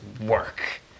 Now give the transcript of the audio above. work